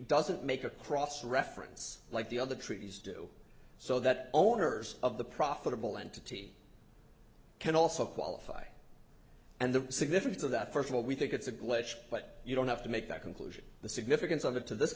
doesn't make a cross reference like the other treaties do so that owners of the profitable entity can also qualify and the significance of that first of all we think it's a glitch but you don't have to make that conclusion the significance of it to this